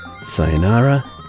Sayonara